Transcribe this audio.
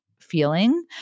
feeling